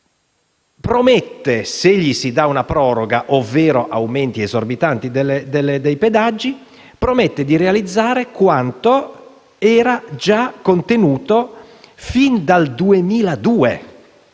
promette, se le viene data una proroga, ovvero aumenti esorbitanti dei pedaggi, di realizzare quanto era già contenuto fin dal 2002.